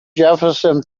jefferson